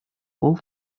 walk